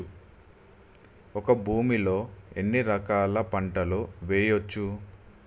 ఒక భూమి లో ఎన్ని రకాల పంటలు వేయచ్చు?